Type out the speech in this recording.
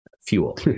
fuel